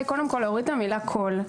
קודם כול, להוריד את המילה "כל".